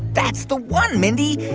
that's the one, mindy.